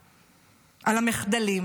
היום, לעומת המחדלים